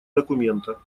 документа